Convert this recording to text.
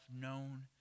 known